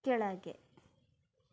ಕೆಳಗೆ